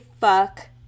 fuck